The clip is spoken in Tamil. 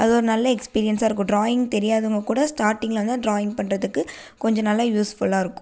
அது ஒரு நல்ல எக்ஸ்பீரியன்ஸாக இருக்கும் ட்ராயிங் தெரியாதவங்க கூட ஸ்டார்ட்டிங்கில் வந்தால் ட்ராயிங் பண்ணுறதுக்கு கொஞ்சம் நல்லா யூஸ்ஃபுல்லா இருக்கும்